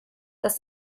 das